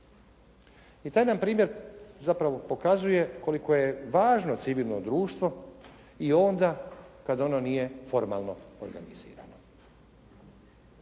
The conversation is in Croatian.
I taj nam primjer zapravo pokazuje koliko je važno civilno društvo i onda kada ono nije formalno organizirano.